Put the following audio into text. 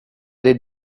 det